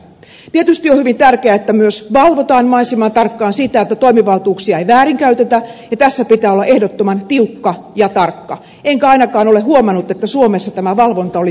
tietysti on hyvin tärkeää että myös valvotaan mahdollisimman tarkkaan sitä että toimivaltuuksia ei väärinkäytetä ja tässä pitää olla ehdottoman tiukka ja tarkka enkä ainakaan ole huomannut että suomessa tämä valvonta olisi löperöä